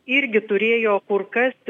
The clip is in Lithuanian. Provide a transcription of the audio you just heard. irgi turėjo kur kas